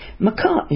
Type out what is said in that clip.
McCartney